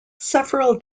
several